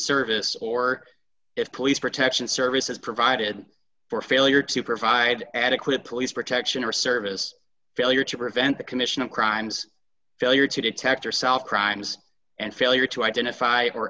service or its police protection services provided for failure to provide adequate police protection or service failure to prevent the commission of crimes failure to detect or solve crimes and failure to identify or